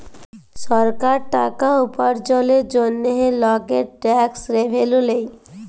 সরকার টাকা উপার্জলের জন্হে লকের ট্যাক্স রেভেন্যু লেয়